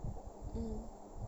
mm